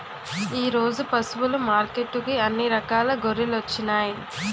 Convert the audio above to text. ఈరోజు పశువులు మార్కెట్టుకి అన్ని రకాల గొర్రెలొచ్చినాయ్